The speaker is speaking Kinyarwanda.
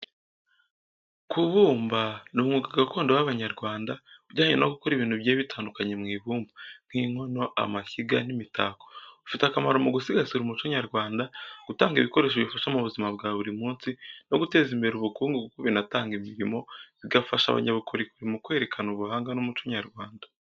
Kubumba ni umwuga gakondo w’Abanyarwanda ujyanye no gukora ibintu bigiye bitandukanye mu ibumba, nk’inkono, amashyiga, n’imitako. Ufite akamaro mu gusigasira umuco nyarwanda, gutanga ibikoresho bifasha mu buzima bwa buri munsi, no guteza imbere ubukungu kuko binatanga imirimo, bigafasha abanyabukorikori mu kwerekana ubuhanga n’umuco nyarwanda.